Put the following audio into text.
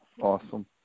Awesome